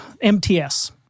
MTS